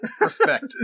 Respect